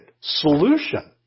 Solution